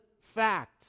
fact